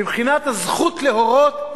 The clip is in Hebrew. מבחינת הזכות להורות.